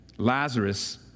Lazarus